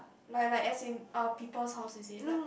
like like as in uh people's house is it like